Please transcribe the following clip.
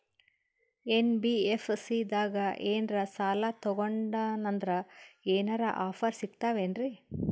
NBFC ದಾಗ ಏನ್ರ ಸಾಲ ತೊಗೊಂಡ್ನಂದರ ಏನರ ಆಫರ್ ಸಿಗ್ತಾವೇನ್ರಿ?